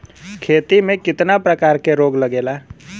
खेती में कितना प्रकार के रोग लगेला?